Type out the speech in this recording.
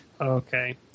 Okay